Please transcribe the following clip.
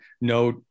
no